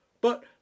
But